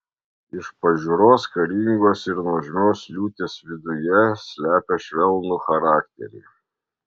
iš pažiūros karingos ir nuožmios liūtės viduje slepia švelnų charakterį